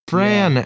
Fran